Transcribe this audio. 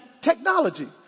technology